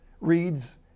reads